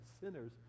sinners